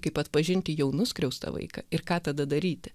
kaip atpažinti jau nuskriaustą vaiką ir ką tada daryti